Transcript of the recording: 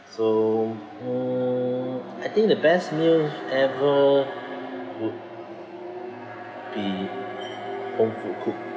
so uh I think the best meal ever would be home cooked food